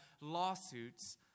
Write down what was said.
lawsuits